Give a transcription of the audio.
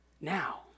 now